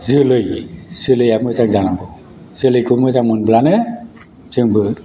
जोलै जोलैया मोजां जानांगोन जोलैखो मोजां मोनब्लानो जोंबो